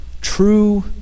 true